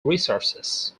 resources